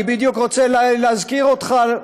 אני בדיוק רוצה להזכיר אותך,